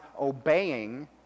obeying